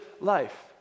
life